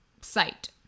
site